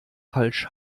falsch